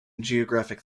geographic